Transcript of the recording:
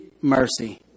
mercy